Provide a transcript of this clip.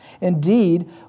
Indeed